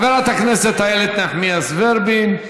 חברת הכנסת איילת נחמיאס ורבין,